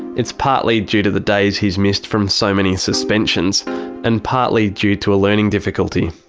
it's partly due to the days he's missed from so many suspensions and partly due to a learning difficulty.